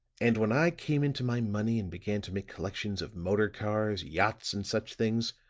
and when i came into my money and began to make collections of motor cars, yachts and such things,